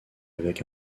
avec